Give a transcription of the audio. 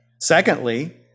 Secondly